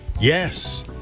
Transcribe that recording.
yes